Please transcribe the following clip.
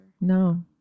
no